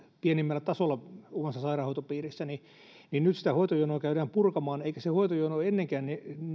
pienimmällä tasolla omassa sairaanhoitopiirissäni nyt sitä hoitojonoa käydään purkamaan eikä se hoitojono ennenkään